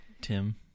Tim